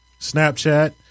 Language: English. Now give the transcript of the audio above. Snapchat